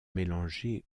mélangés